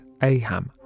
Aham